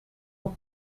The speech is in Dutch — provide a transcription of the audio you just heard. een